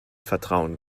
vertrauen